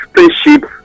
Spaceship